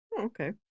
okay